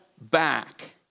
back